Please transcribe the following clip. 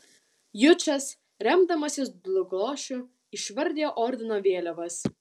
jučas remdamasis dlugošu išvardija ordino vėliavas